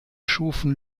schufen